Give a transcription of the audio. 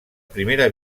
primera